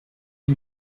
ich